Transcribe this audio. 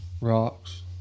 rocks